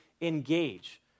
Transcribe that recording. engage